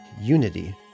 unity